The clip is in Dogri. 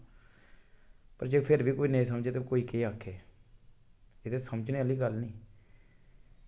ते फिर बी कोई नेईं समझै ते केह् आक्खै जेह्की समझने आह्ली गल्ल नी